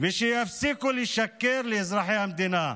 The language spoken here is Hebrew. ושיפסיקו לשקר לאזרחי המדינה.